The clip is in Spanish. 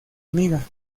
amiga